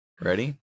Ready